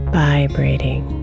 vibrating